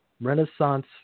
Renaissance